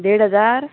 देड हजार